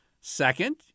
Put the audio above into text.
Second